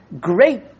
great